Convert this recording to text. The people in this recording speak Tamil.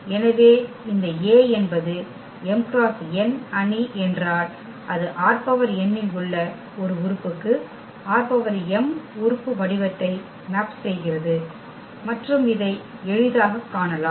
எனவே இந்த A என்பது m × n அணி என்றால் அது ℝn இல் உள்ள ஒரு உறுப்புக்கு ℝm உறுப்பு வடிவத்தை மேப் செய்கிறது மற்றும் இதை எளிதாகக் காணலாம்